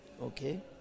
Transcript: Okay